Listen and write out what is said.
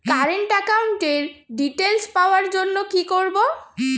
Current একাউন্টের details পাওয়ার জন্য কি করব?